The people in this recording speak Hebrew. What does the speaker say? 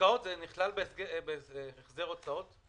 ההשקעות נכללות בהחזר הוצאות?